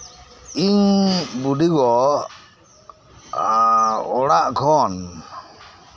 ᱤᱧ ᱵᱩᱰᱤᱜᱚ ᱚᱲᱟᱜ ᱠᱷᱚᱱ